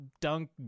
dunk